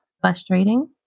frustrating